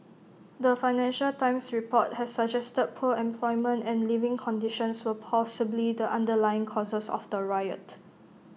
the financial times report had suggested poor employment and living conditions were possibly the underlying causes of the riot